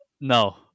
No